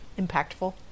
Impactful